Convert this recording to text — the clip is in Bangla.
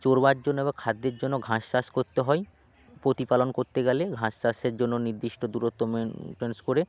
চড়বার জন্য বা খাদ্যের জন্য ঘাস চাষ করতে হয় প্রতিপালন করতে গেলে ঘাস চাষের জন্য নির্দিষ্ট দূরত্ব মেনটেন করে